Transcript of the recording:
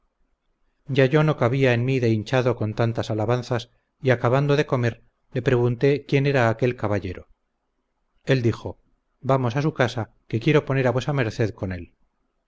ya yo no cabía en mí de hinchado con tantas alabanzas y acabando de comer le pregunté quién era aquel caballero él dijo vamos a su casa que quiero poner a vuesa merced con él